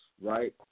right